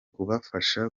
kubafasha